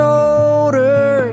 older